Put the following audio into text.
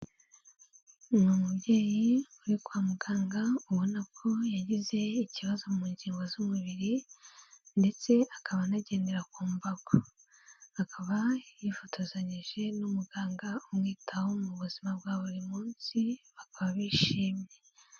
Ni umubyeyi uri kwa muganga ubona ko yagize ikibazo mu ngingo z'umubiri, ndetse akaba anagendera ku mbago, akaba yifotozanyije n'umuganga umwitaho mu buzima bwa buri munsi, bakaba bishimye.